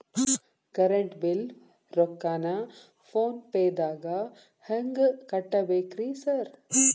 Current bill ರೊಕ್ಕಾನ phone ಪೇದಾಗ ಹೆಂಗ್ ಕಟ್ಟಬೇಕ್ರಿ ಸರ್?